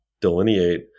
delineate